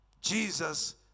jesus